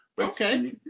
Okay